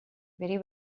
very